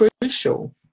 crucial